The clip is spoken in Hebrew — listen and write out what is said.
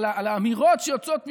על האמירות שיוצאות מכם,